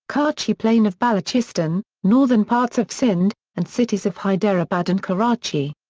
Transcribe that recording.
kachi plain of balochistan, northern parts of sindh, and cities of hyderabad and karachi.